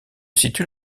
situe